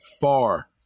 far